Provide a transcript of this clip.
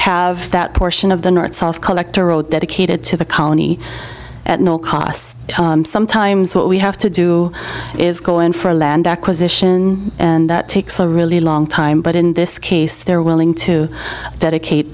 have that portion of the north south collector road dedicated to the colony at no cost sometimes what we have to do is go in for a land acquisition and that takes a really long time but in this case they're willing to dedicate